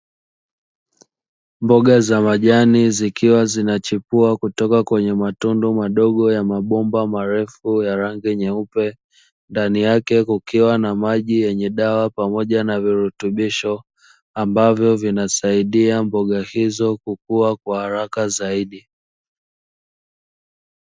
Mboga za majani zikiwa zinachipua kutoka kwenye matundu madogo ya mabomba marefu ya rangi nyeupe, ndani yake kukiwa na maji yenye dawa pamoja na virutubisho ambavyo vinasaidia mboga hizo kukua kwa haraka zaidi.